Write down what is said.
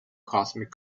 cosmic